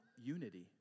unity